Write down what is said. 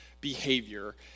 behavior